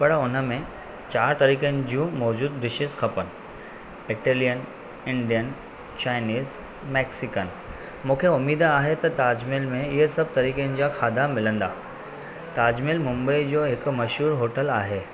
पर उन में चारि तरिक़नि जूं मौजूद डिशिस खपन इटेलियन इंडियन चाइनीस मेक्सिकन मूंखे उमेद आहे त ताज महल में इहे सभ तरीक़नि जा खाधा मिलंदा ताज महल मुंबई जो हिकु मशहूरु होटल आहे